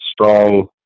strong